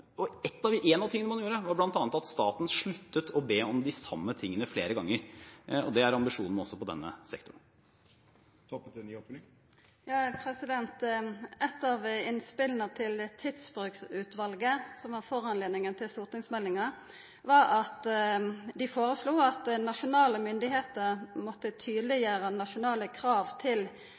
av tingene man gjorde, var bl.a. at staten sluttet å be om de samme tingene flere ganger. Det er ambisjonen også i denne sektoren. Eitt av innspela frå Tidsbruksutvalet, som var opphavet til stortingsmeldinga, var at dei foreslo at nasjonale myndigheiter måtte tydeleggjera nasjonale krav til